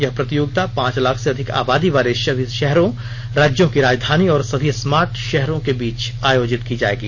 यह प्रतियोगिता पांच लाख से अधिक आबादी वाले सभी शहरों राज्यों की राजधानी और सभी स्मार्ट शहरों के बीच आयोजित की जायेगी